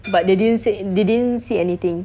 but they didn't say they didn't see anything